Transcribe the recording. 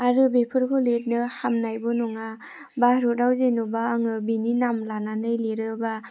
आरो बेफोरखौ लिरनो हामनायबो नङा भारताव जेनेबा आङो बिनि नाम लानानै लिरोबा